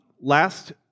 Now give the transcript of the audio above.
last